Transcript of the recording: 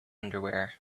underwear